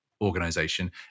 organization